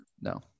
No